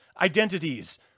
identities